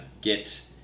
get